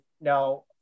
now